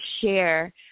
share